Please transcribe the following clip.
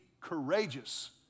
courageous